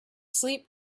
sleep